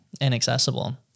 inaccessible